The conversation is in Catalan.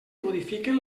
modifiquen